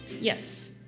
Yes